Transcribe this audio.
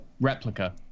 Replica